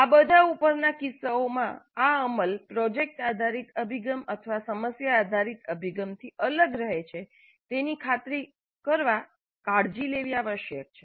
આ બધા ઉપરના કિસ્સાઓમાં આ અમલ પ્રોજેક્ટ આધારિત અભિગમ અથવા સમસ્યા આધારિત અભિગમથી અલગ રહે છે તેની ખાતરી કરવા માટે કાળજી લેવી આવશ્યક છે